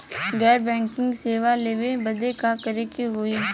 घर बैकिंग सेवा लेवे बदे का करे के होई?